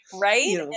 Right